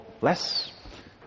less